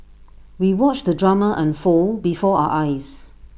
we watched the drama unfold before our eyes